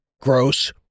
gross